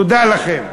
תודה לכם.